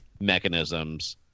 mechanisms